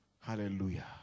hallelujah